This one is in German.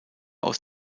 aus